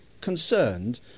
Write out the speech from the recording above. concerned